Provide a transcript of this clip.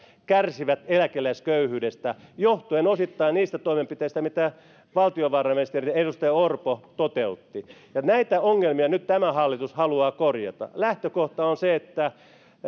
kärsivät eläkeläisköyhyydestä johtuen osittain niistä toimenpiteistä mitä valtiovarainministeri edustaja orpo toteutti ja näitä ongelmia nyt tämä hallitus haluaa korjata lähtökohta on se että